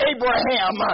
Abraham